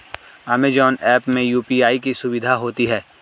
Amazon app में UPI की सुविधा होती है